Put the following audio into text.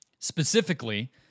Specifically